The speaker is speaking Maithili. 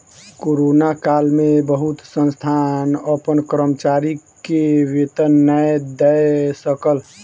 कोरोना काल में बहुत संस्थान अपन कर्मचारी के वेतन नै दय सकल